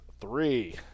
three